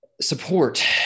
support